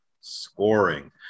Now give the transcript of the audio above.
Scoring